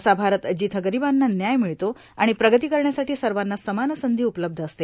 असा भारत जिथं गरोबांना न्याय र्णमळतो आर्ाण प्रगती करण्यासाठी सवाना समान संधी उपलब्ध असते